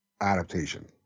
adaptation